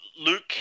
Luke